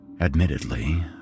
Admittedly